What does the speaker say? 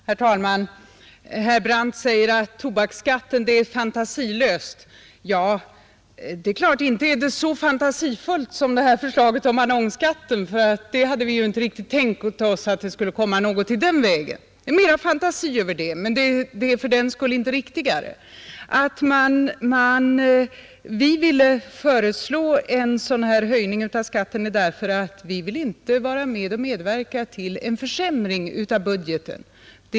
Herr talman! Herr Brandt säger att förslaget om höjning av tobaksskatten är fantasilöst. Det är klart att det inte är så fantasifullt som förslaget om annonsskatt, ty vi hade ju inte tänkt oss att det skulle komma något i den vägen. Anledningen till att vi ville föreslå denna höjning av skatten är att vi inte ville medverka till en försämring av budgeten.